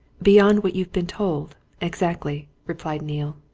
beyond what you've been told exactly, replied neale.